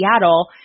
Seattle